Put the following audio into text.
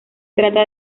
trata